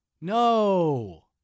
No